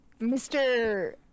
Mr